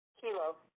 Kilo